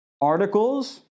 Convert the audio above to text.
articles